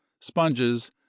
sponges